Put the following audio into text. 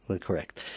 Correct